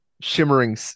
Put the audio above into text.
shimmering